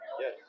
Yes